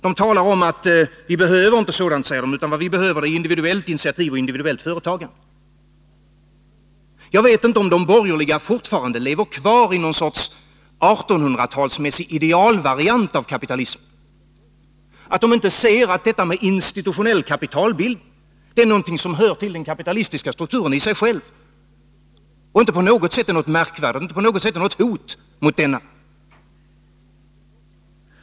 De säger att vi inte behöver sådant utan individuella initiativ och ett individuellt företagande. Jag vet inte om de borgerliga fortfarande lever kvar i någon sorts artonhundratalsmässig idealvariant av kapitalismen. De ser inte att institutionell kapitalbildning är någonting som hör till den kapitalistiska strukturen i sig själv och inte på något sätt är ett hot mot denna.